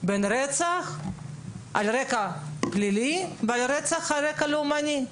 בין רצח על רקע פלילי ורצח על רקע לאומני,